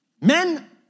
Men